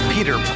Peter